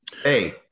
Hey